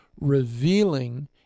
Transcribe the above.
revealing